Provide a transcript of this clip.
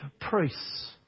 priests